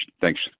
Thanks